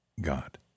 God